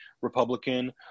Republican